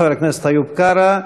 חבר הכנסת איוב קרא,